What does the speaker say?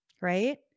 right